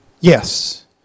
Yes